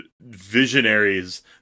visionaries